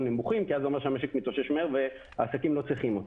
נמוכים כי אז זה אומר שהמשק מתאושש מהר והעסקים לא צריכים אותם.